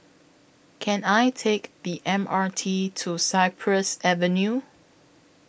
Can I Take The M R T to Cypress Avenue